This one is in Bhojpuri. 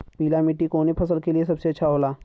पीला मिट्टी कोने फसल के लिए अच्छा होखे ला?